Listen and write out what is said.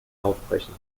aufbrechen